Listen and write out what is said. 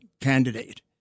candidate